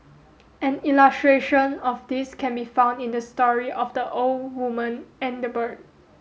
an illustration of this can be found in the story of the old woman and the bird